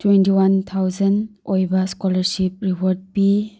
twenty one thousand ꯑꯣꯏꯕ scholarship reward ꯄꯤ